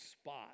spot